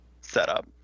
setup